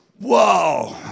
whoa